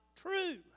true